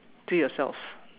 to yourself